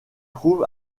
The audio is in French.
trouve